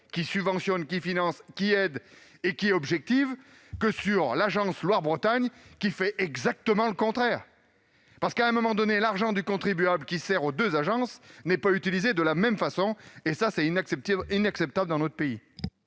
qui subventionne, qui finance, qui aide et qui se montre objective, que de celle de Loire-Bretagne qui fait exactement le contraire. L'argent du contribuable, qui sert aux deux agences, n'est pas utilisé de la même façon. C'est inacceptable dans notre pays.